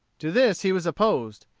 to this he was opposed.